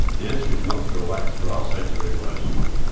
the answer is not to relax rail safety regulations,